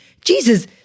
Jesus